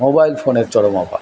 mobile ফোনে